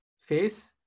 Face